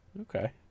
Okay